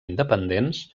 independents